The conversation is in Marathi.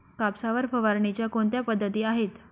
कापसावर फवारणीच्या कोणत्या पद्धती आहेत?